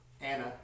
Anna